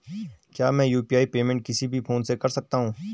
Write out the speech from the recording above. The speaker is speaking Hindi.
क्या मैं यु.पी.आई पेमेंट किसी भी फोन से कर सकता हूँ?